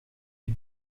die